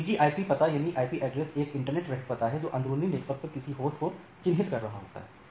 एक निजी आईपी पता एक इंटरनेट रहित पता है जो अंदरूनी नेटवर्क पर किसी होस्ट को चिन्हित कर रहा होता है